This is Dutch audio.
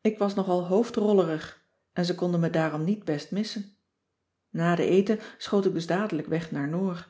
ik was nogal hoofdrollerig en ze konden me daarom niet best missen na den eten schoot ik dus dadelijk weg naar noor